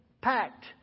packed